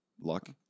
Luck